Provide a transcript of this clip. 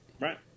right